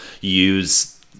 use